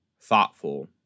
thoughtful